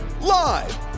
Live